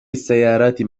السيارات